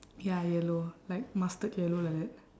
ya yellow like mustard yellow like that